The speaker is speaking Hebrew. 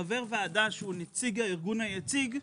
שחבר ועדה שהוא נציג הארגון היציג,